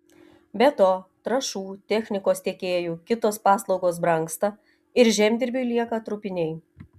be to trąšų technikos tiekėjų kitos paslaugos brangsta ir žemdirbiui lieka trupiniai